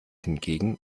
hingegen